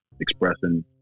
expressing